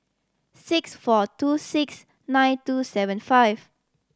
six four two six nine two seven five